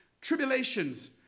Tribulations